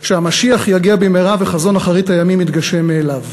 שהמשיח יגיע במהרה וחזון אחרית הימים יתגשם מאליו.